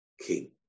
king